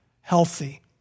healthy